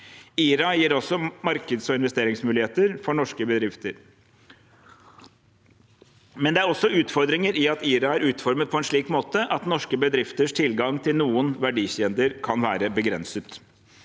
IRA gir også markeds- og investeringsmuligheter for norske bedrifter. Samtidig er det også utfordringer i og med at IRA er utformet på en slik måte at norske bedrifters tilgang til noen verdikjeder kan være begrenset.